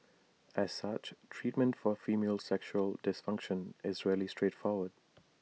as such treatment for female sexual dysfunction is rarely straightforward